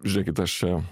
žiūrėkit aš